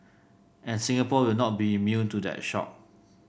and Singapore will not be immune to that shock